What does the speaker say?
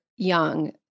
young